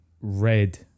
red